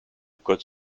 code